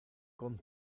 con